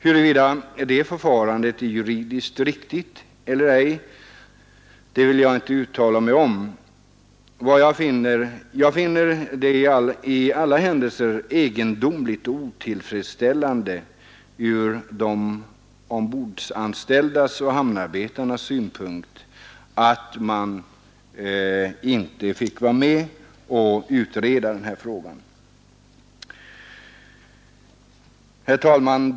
Huruvida detta förfarande är juridiskt riktigt eller ej vill jag inte uttala mig om. Jag finner det i alla händelser egendomligt och otillfredsställande ur de ombordanställdas och hamnarbetarnas synpunkt att de inte fick vara med och utreda den här frågan. Fru talman!